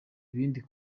ibindi